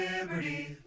Liberty